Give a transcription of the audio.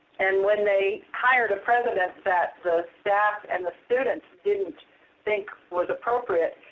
and when they hired a president that the staff and the students didn't think was appropriate,